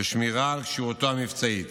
ושמירה על כשירותו המבצעית,